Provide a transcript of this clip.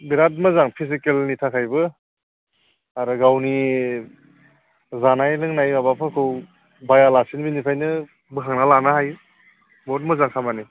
बिरात मोजां फिजिकेलनि थाखायबो आरो गावनि जानाय लोंनाय माबाफोरखौ बायालासिनो बेनिफ्रायनो बोखांना लानो हायो बहुत मोजां खामानि